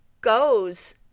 goes